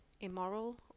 immoral